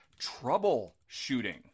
troubleshooting